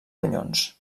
ronyons